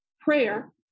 prayer